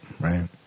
right